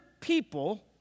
people